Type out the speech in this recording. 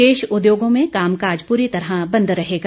शेष उद्योगो में कामकाज पूरी तरह बंद रहेगा